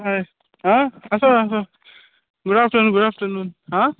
हय आं आसा आसा गूड आफटरनून गूड आफटरनून आं